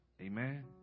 Amen